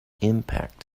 impact